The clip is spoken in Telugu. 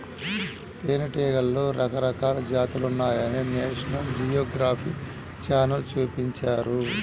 తేనెటీగలలో రకరకాల జాతులున్నాయని నేషనల్ జియోగ్రఫీ ఛానల్ చూపించారు